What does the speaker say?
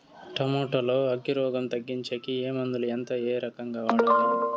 Tomato లో అగ్గి రోగం తగ్గించేకి ఏ మందులు? ఎంత? ఏ రకంగా వాడాలి?